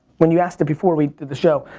when you asked it before we did the show,